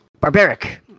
barbaric